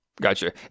Gotcha